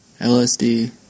LSD